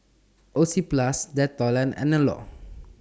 Oxyplus Dettol and Anello